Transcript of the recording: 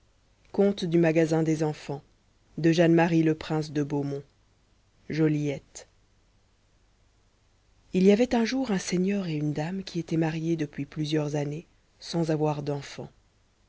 tout le bonheur de sa vie il y avait une fois un seigneur et une dame qui étaient mariés depuis plusieurs années sans avoir d'enfants